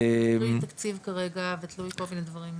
זה תלוי תקציב כרגע ותלוי כל מיני דברים.